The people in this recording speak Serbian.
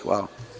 Hvala.